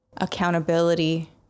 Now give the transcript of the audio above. accountability